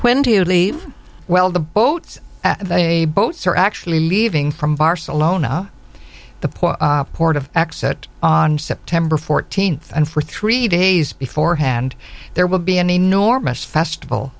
do you leave well the boat the boats are actually leaving from barcelona the port port of exit on september fourteenth and for three days before hand there will be an enormous festival